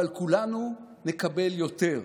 אבל כולנו נקבל יותר,